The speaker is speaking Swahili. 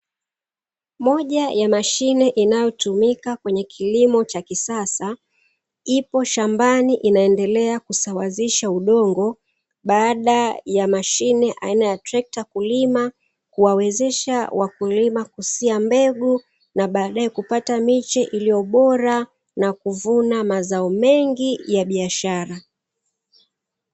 Moja ya mashine inayotumika kwenye kilimo cha kisasa ipo shambani, inaendelea kusawazisha udongo baada ya mashine aina ya trekta kulima, kuwawezesha wakulima kusia mbegu na baadaye kupata miche iliyo bora na kuvuna mazao mengi ya biashara.